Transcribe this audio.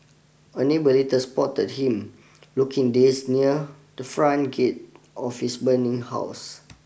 a neighbour later spotted him looking dazed near the front gate of his burning house